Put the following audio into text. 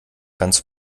ganz